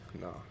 No